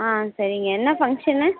ஆ சரிங்க என்ன ஃபங்க்ஷன்